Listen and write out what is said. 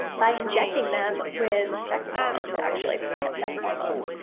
by injecting them with the sex hormones actually, plant sex hormones,